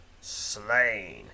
Slain